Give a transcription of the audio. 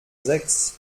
sechs